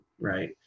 right